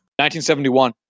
1971